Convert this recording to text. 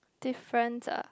difference ah